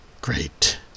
great